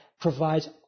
provides